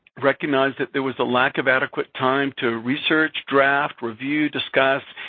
recognized that there was a lack of adequate time to research, draft, review, discuss,